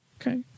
Okay